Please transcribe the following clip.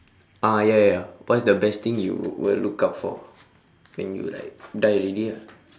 ah ya ya ya what is the best thing you will look up for when you like die already ah